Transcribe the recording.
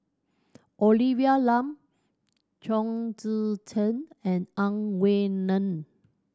Olivia Lum Chong Tze Chien and Ang Wei Neng